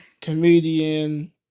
comedian